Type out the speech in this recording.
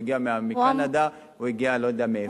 אם הוא הגיע מקנדה או אני לא יודע מאיפה,